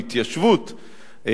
להתיישבות,